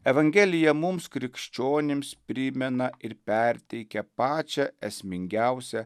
evangelija mums krikščionims primena ir perteikia pačią esmingiausią